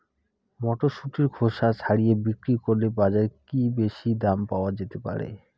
মটরশুটির খোসা ছাড়িয়ে বিক্রি করলে বাজারে কী বেশী দাম পাওয়া যেতে পারে?